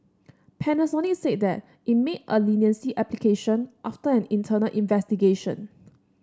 Panasonic said that it made a leniency application after an internal investigation